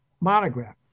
monograph